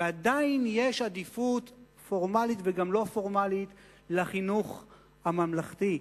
ועדיין יש עדיפות פורמלית וגם לא פורמלית לחינוך הממלכתי.